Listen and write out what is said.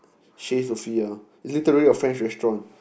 Chay-Sophia it's literally a French restaurant